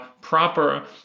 proper